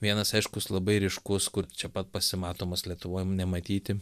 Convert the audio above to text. vienas aiškus labai ryškus kur čia pat pasimatomas lietuvoj nematyti